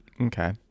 Okay